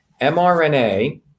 mRNA